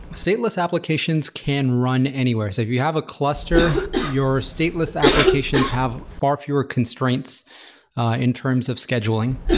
stateless applications can run anywhere. so if you have a cluster, your stateless applications have far fewer constraints in terms of scheduling.